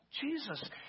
Jesus